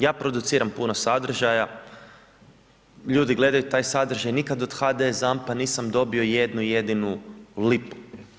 Ja produciram puno sadržaja, ljudi gledaju taj sadržaj nikad od HDS ZAMP-a nisam dobio jednu jedinu lipu.